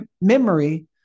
memory